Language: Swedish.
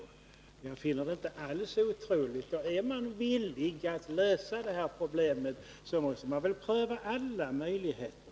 Detta finner jag inte alls otroligt, och är man villig att lösa problemet måste man väl pröva alla möjligheter.